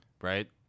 Right